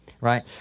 right